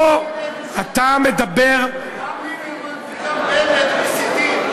אתה מדבר, גם ליברמן וגם בנט מסיתים.